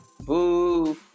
Boo